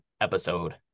episode